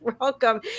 welcome